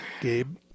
Gabe